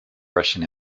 russian